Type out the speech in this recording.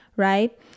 Right